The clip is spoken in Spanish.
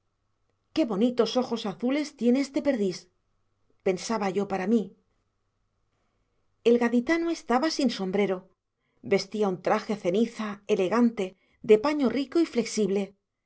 qué bonitos ojos azules tiene este perdis pensaba yo para mí el gaditano estaba sin sombrero vestía un traje ceniza elegante de paño rico y flexible